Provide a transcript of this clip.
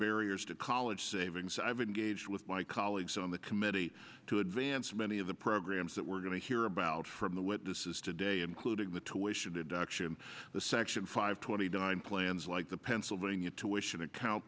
barriers to college savings i've engaged with my colleagues on the committee to advance many of the programs that we're going to hear about from the witnesses today including the two issues deduction the section five twenty nine plans like the pennsylvania to wish an account